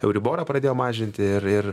euriborą pradėjo mažinti ir ir